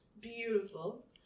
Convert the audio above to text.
Beautiful